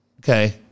Okay